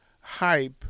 hype